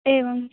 एवम्